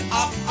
up